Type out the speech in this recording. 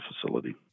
facility